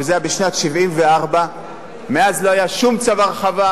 וזה היה בשנת 1974. מאז לא היה שום צו הרחבה.